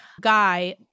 guy